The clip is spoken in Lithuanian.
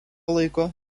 laiko